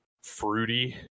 fruity